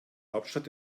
hauptstadt